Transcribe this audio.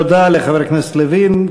תודה לחבר הכנסת לוין.